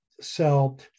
sell